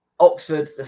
Oxford